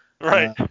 Right